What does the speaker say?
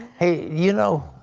hey, you know,